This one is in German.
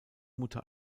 mutter